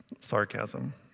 sarcasm